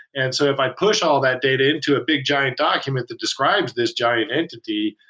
and so if i push all that data into a big giant document that describes this giant entity,